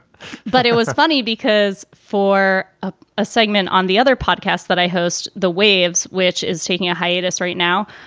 but it was funny because for ah a segment on the other podcast that i host, the waves, which is taking a hiatus right now,